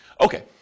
Okay